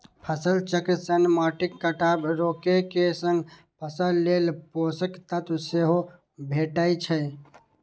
फसल चक्र सं माटिक कटाव रोके के संग फसल लेल पोषक तत्व सेहो भेटै छै